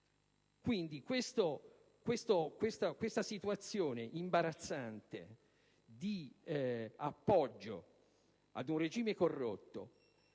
parte. Questa situazione imbarazzante di appoggio ad un regime corrotto